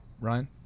Ryan